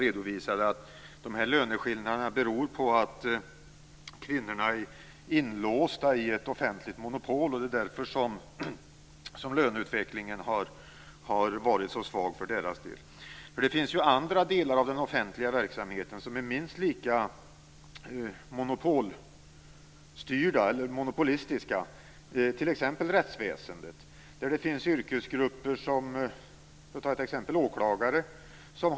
Hon sade att löneskillnaderna beror på att kvinnorna är inlåsta i ett offentligt monopol, och det är därför som löneutvecklingen har varit så svag för deras del. Det finns ju andra delar av den offentliga verksamheten som är minst lika monopolistiska, t.ex. rättsväsendet, där det finns yrkesgrupper som har ganska bra betalt.